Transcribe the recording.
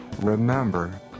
Remember